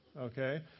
Okay